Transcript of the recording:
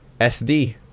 SD